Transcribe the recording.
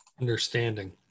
Understanding